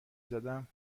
زدم